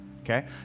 Okay